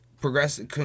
progressive